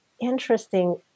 interesting